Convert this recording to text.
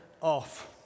off